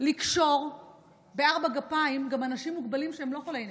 לקשור בארבע גפיים גם אנשים מוגבלים שהם לא חולי נפש,